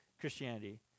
Christianity